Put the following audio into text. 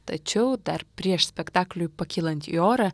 tačiau dar prieš spektakliui pakylant į orą